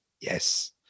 yes